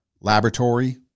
laboratory